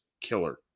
killer